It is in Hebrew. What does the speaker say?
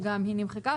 שגם היא נמחקה.